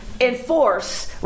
enforce